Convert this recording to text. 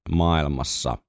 maailmassa